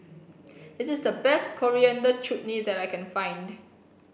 this is the best Coriander Chutney that I can find